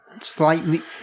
slightly